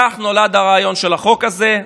כך נולד הרעיון של החוק הזה.